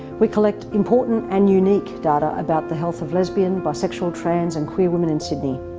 we collect important and unique data about the health of lesbian, bisexual, trans and queer women in sydney.